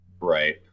Right